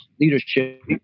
leadership